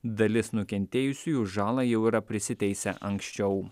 dalis nukentėjusiųjų žalą jau yra prisiteisę anksčiau